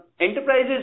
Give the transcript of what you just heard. enterprises